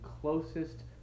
closest